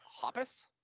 Hoppus